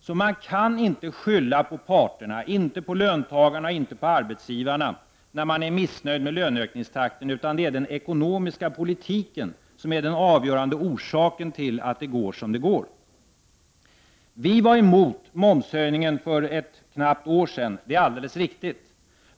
Man kan alltså inte skylla på parterna, inte på löntagarna och inte på arbetsgivarna när man är missnöjd med löneökningstakten, utan det är den ekonomiska politiken som är den avgörande orsaken till att det går som det går. Vi var emot momshöjningen för ett knappt år sedan; det är alldeles riktigt.